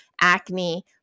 acne